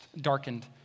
darkened